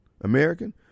American